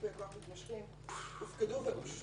ייפויי כוח מתמשכים הופקדו ואושרו.